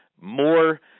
more